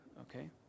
okay